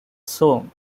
song